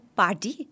party